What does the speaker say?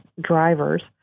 drivers